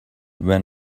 when